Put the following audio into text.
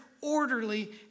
orderly